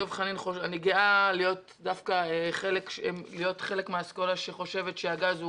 אני גאה להיות חלק מהאסכולה שחושבת שהגז הוא